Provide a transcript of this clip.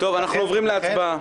טוב, אנחנו עוברים להצבעה.